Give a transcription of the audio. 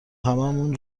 هممون